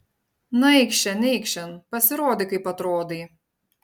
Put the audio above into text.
na eikš šen eikš šen pasirodyk kaip atrodai